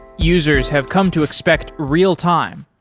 users have come to expect real-time.